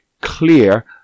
clear